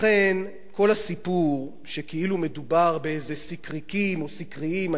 לכן כל הסיפור שכאילו מדובר באיזה סיקריקים או סיקריים,